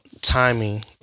timing